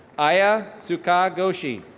aya zucog goshi.